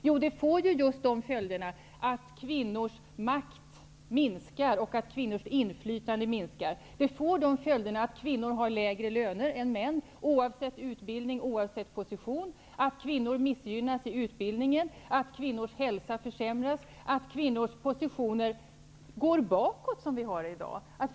Jo, det får till följd att kvinnors makt och inflytande minskar. Det får till följd att kvinnor har lägre lön än män, oavsett utbildning och position, att kvinnor missgynnas i utbildningen och att kvinnors hälsa försämras. Kvinnors positioner har i dag försämrats.